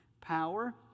Power